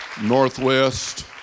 Northwest